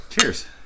Cheers